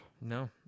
No